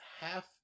half